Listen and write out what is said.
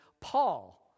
Paul